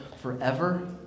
forever